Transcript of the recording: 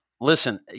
Listen